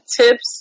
tips